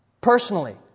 personally